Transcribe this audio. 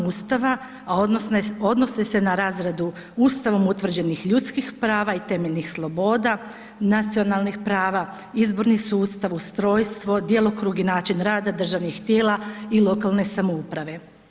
Ustava, a odnose se na razradu Ustavom utvrđenih ljudskih prava i temeljnih sloboda, nacionalnih prava, izborni sustav, ustrojstvo, djelokrug i način rada državnih tijela i lokalne samouprave.